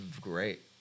great